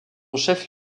chef